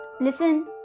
Listen